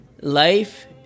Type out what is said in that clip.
life